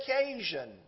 occasion